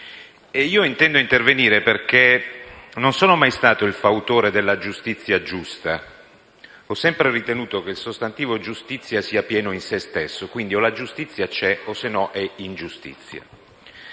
Intendo intervenire perché non sono mai stato il fautore della giustizia giusta: ho sempre ritenuto che il sostantivo giustizia sia pieno in se stesso, per cui o la giustizia c'è oppure è ingiustizia.